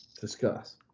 discuss